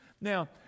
Now